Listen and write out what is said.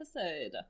episode